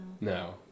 No